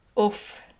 Oof